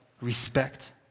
respect